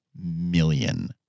million